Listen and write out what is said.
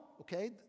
okay